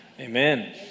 Amen